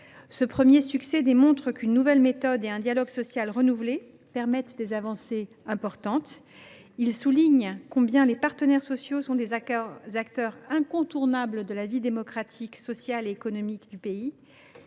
Ce premier succès démontre qu’une nouvelle méthode et un dialogue social renouvelé permettent des avancées importantes. Il souligne également combien les partenaires sociaux sont des acteurs incontournables de la vie démocratique, sociale et économique du pays.